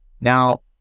now